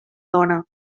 dona